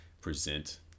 present